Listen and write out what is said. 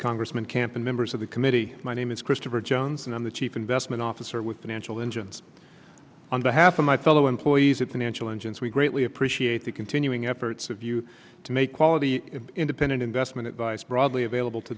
congressman camp and members of the committee my name is christopher jones and on the chief investment officer with the national engines on behalf of my fellow employees at the national engines we greatly appreciate the continuing efforts of you to make quality independent investment advice broadly available to